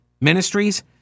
Ministries